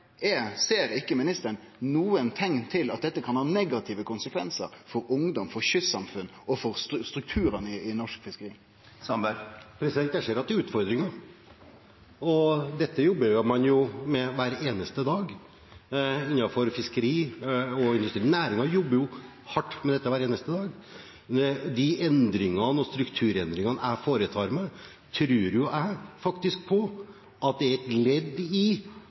Ser ikkje ministeren nokon teikn til at dette kan ha negative konsekvensar for ungdom, for kystsamfunn og for strukturane i norsk fiskeri? Jeg ser at det er utfordringer, og dette jobber man jo med hver eneste dag innenfor fiskeri og industri. Næringen jobber hardt med dette hver eneste dag. De endringene og strukturendringene jeg foretar, tror jeg faktisk er et ledd i å gjøre noe med utfordringene vi ser her. Men det er